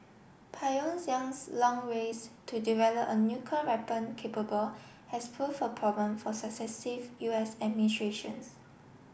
Pyongyang's long race to develop a nuclear weapon capable has prove a problem for successive U S administrations